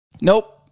Nope